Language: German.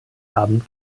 abend